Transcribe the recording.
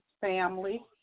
family